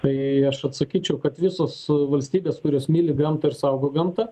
tai aš atsakyčiau kad visos valstybės kurios myli gamtą ir saugo gamtą